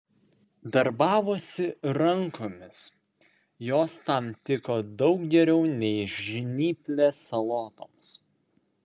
darbavosi rankomis jos tam tiko daug geriau nei žnyplės salotoms